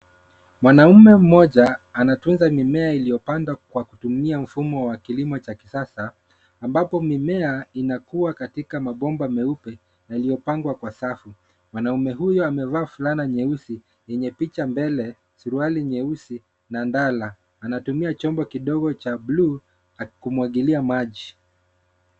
Mwanaume mmoja anatunza mimea iliyopandwa kwa kutumia mfumo wa kilimo cha kisasa ambapo mimea inakuwa katika mabomba meupe yaliyopangwa kwa safu. Mwanamume huyo amevaa fulana nyeusi yenye picha mbele, suruali nyeusi na ndala. Anatumia chombo kidogo cha blue kumwagilia maji.